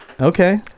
Okay